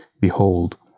Behold